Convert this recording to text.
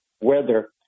weather